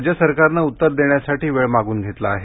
राज्य सरकारने उत्तर देण्यासाठी वेळ मागून घेतला आहे